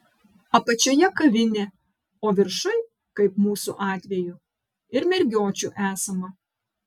apačioje kavinė o viršuj kaip mūsų atveju ir mergiočių esama